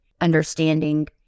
understanding